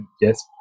yes